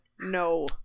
No